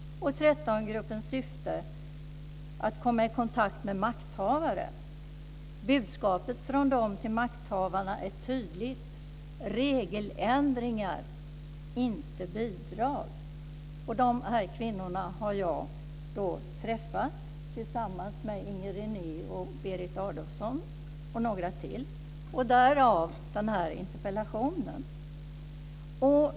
13-gruppens syfte är att komma i kontakt med makthavare. Budskapet från dem till makthavarna är tydligt: regeländringar, inte bidrag. De här kvinnorna har jag träffat tillsammans med Inger René, Berit Adolfsson och några till. Därav den här interpellationen.